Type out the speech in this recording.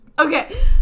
Okay